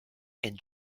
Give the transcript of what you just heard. and